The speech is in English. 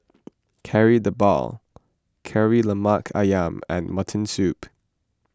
Kari Debal Kari Lemak Ayam and Mutton Soup